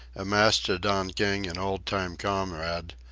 a mastodon king and old-time comrade,